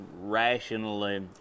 rationally